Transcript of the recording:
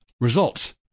results